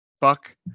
fuck